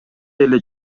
эле